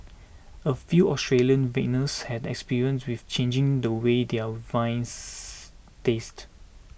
a few Australian vintners had experimented with changing the way their wines taste